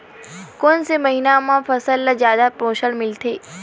कोन से महीना म फसल ल जादा पोषण मिलथे?